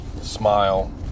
Smile